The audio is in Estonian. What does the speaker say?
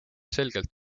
selgelt